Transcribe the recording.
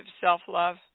self-love